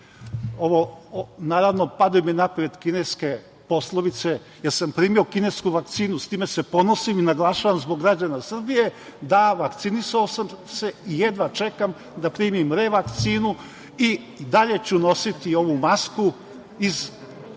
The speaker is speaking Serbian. peca. Naravno, pade mi na pamet ove kineske poslovice, ja sam primio kinesku vakcinu, s time se ponosim i naglašavam zbog građana Srbije - da, vakcinisao sam se i jedva čekam da primim revakcinu i dalje ću nositi ovu masku zbog